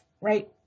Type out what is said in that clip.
right